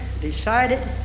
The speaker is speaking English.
decided